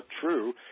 true